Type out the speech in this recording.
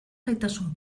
gaitasun